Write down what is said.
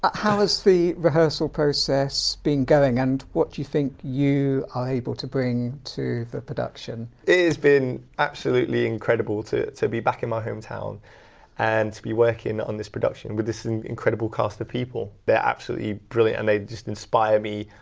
ah how has the rehearsal process been going and what do you think you are able to bring to the production? geeringit has been absolutely incredible to to be back in my home town and to be working on this production with this incredible cast of people, they're absolutely brilliant and they just inspire me,